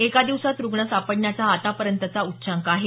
एका दिवसात रुग्ण सापडण्याचा हा आतापर्यंतचा उच्चांक आहे